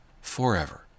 forever